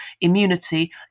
immunity